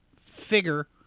figure